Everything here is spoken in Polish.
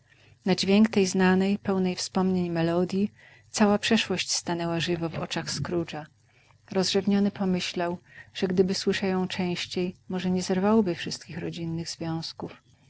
na dźwięk tej znanej pełnej wspomnień melodji cała przeszłość stanęła żywo oczachw oczach scroogea rozrzewniony pomyślał że gdyby słyszał ją częściej może nie zerwałby wszystkich rodzinnych związków